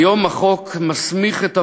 כיום החוק מסמיך את הממונה,